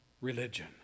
Religion